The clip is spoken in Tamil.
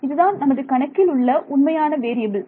இதுதான் நமது கணக்கில் உள்ள உண்மையான வேறியபில்